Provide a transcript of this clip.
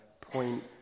point